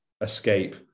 escape